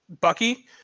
Bucky